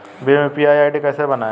Bhim UPI ID कैसे बनाएं?